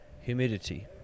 humidity